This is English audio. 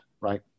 Right